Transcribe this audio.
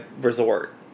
resort